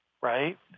Right